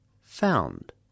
found